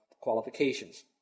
qualifications